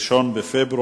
מדובר